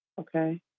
Okay